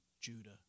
Judah